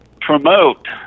promote